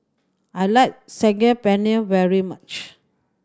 I like Saag Paneer very much